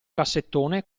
cassettone